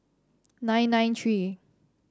nine nine three